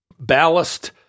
ballast